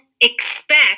expect